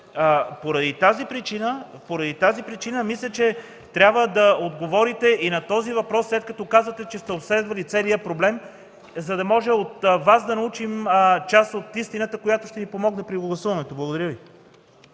Поради тази причина, мисля, че трябва да отговорите и на този въпрос, след като казвате, че сте обследвали целия проблем, за да можем от Вас да научим част от истината, което ще ни помогне при гласуването. Благодаря Ви.